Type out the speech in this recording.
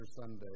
Sunday